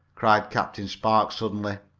cried captain spark suddenly.